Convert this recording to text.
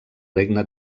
regne